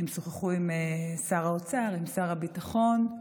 הם שוחחו עם שר האוצר, עם שר הביטחון,